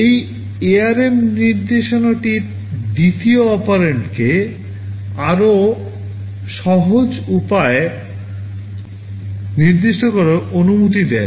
এই ARM নির্দেশনাটি দ্বিতীয় অপারেন্ডকে আরও সহজ উপায়ে নির্দিষ্ট করার অনুমতি দেয়